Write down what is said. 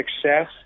success